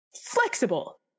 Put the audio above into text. Flexible